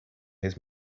his